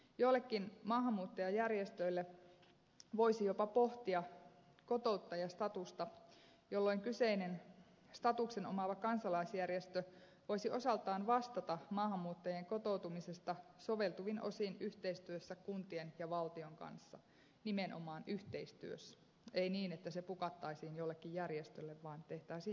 joillekin maahanmuuttajajärjestöille voisi jopa pohtia kotouttajastatusta jolloin kyseinen statuksen omaava kansalaisjärjestö voisi osaltaan vastata maahanmuuttajien kotoutumisesta soveltuvin osin yhteistyössä kuntien ja valtion kanssa nimenomaan yhteistyössä ei niin että se pukattaisiin jollekin järjestölle vaan tehtäisiin yhteistyötä